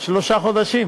שלושה חודשים,